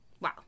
Wow